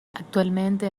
actualmente